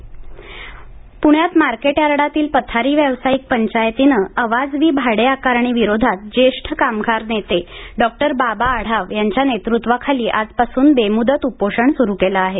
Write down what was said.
पथारी पूण्यात मार्केट यार्डातील पथारी व्यावसायिक पंचायतीनं अवाजवी भाडे आकारणी विरोधात ज्येष्ठ कामगार नेते डॉक्टर बाबा आढाव यांच्या नेतृत्वाखाली आजपासून बेमुदत उपोषण सुरू केलं आहे